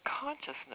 consciousness